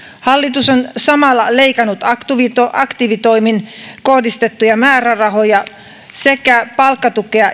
hallitus on samalla leikannut aktiivitoimiin aktiivitoimiin kohdistettuja määrärahoja sekä palkkatukea